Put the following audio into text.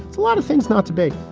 it's a lot of things not to be.